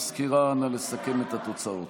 המזכירה, נא לסכם את התוצאות.